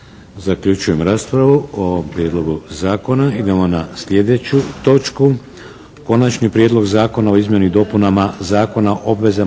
Zaključujem raspravu o prijedlogu zakona. **Šeks, Vladimir (HDZ)** Konačni prijedlog Zakona o izmjenama i dopunama Zakona o